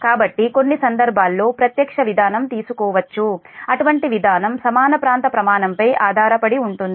కాబట్టి కొన్ని సందర్భాల్లో ప్రత్యక్ష విధానం తీసుకోవచ్చు అటువంటి విధానం సమాన ప్రాంత ప్రమాణంపై ఆధారపడి ఉంటుంది